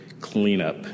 cleanup